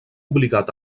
obligat